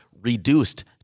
reduced